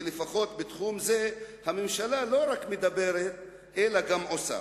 ולפחות בתחום זה הממשלה לא רק מדברת אלא גם עושה.